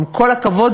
עם כל הכבוד,